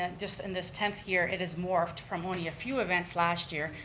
and just in this tenth year, it has morphed from only a few events last year,